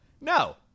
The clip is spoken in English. No